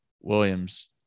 Williams